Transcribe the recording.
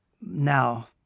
Now